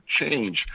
change